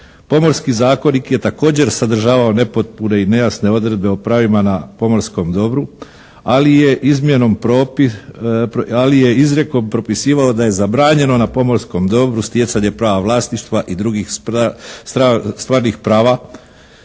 Pomorski zakonik je također sadržavao nepotpune i nejasne odredbe o pravima na pomorskom dobru ali je izrijekom propisivao da je zabranjenom na pomorskom dobru stjecanjem prava vlasništva i drugih stvarnih prava